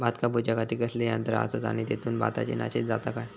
भात कापूच्या खाती कसले यांत्रा आसत आणि तेतुत भाताची नाशादी जाता काय?